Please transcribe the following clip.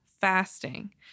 fasting